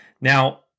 Now